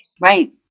Right